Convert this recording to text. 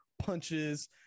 punches